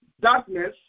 darkness